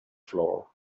floor